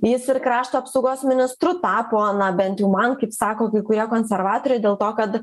jis ir krašto apsaugos ministru tapo na bent jau man kaip sako kai kurie konservatoriai dėl to kad